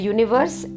Universe